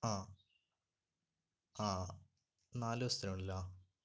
ആ ആ നാല് ദിവസത്തിനുള്ളിലോ